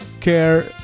care